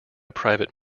private